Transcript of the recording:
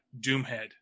Doomhead